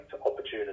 opportunities